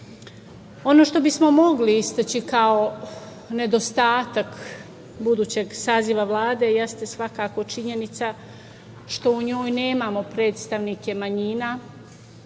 što bismo mogli istaći kao nedostatak budućeg saziva Vlade jeste svakako činjenica što u njoj nemamo predstavnike manjina,